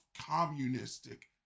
communistic